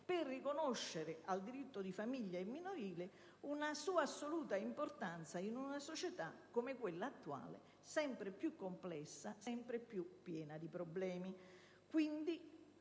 di riconoscere al diritto di famiglia e minorile una sua assoluta importanza in una società come quella attuale sempre più complessa, sempre più piena di problemi.